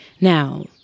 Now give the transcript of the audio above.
Now